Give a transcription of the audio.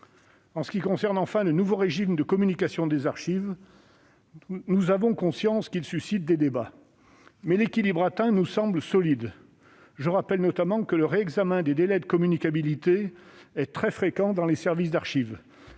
spéciaux, la CVFS. Quant au nouveau régime de communication des archives, enfin, nous avons conscience qu'il suscite des débats, mais l'équilibre atteint nous semble solide. Je rappelle notamment que le réexamen des délais de communicabilité est très fréquent dans les services d'archives.